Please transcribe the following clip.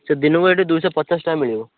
ଦିନକୁ ଏଠି ଦୁଇଶହ ପଚାଶ ଟଙ୍କା ମିଳିବ